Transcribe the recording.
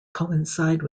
coincide